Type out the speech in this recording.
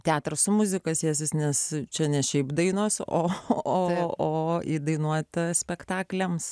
teatras su muzika sėsis nes čia ne šiaip dainos o įdainuota spektakliams